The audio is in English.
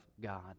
God